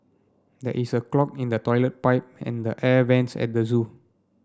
there is a clog in the toilet pipe and the air vents at the zoo